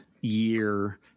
year